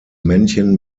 männchen